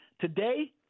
Today